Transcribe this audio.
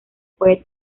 puede